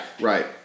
Right